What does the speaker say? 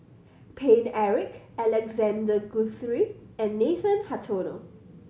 Paine Eric Alexander Guthrie and Nathan Hartono